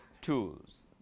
tools